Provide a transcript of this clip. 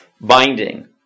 binding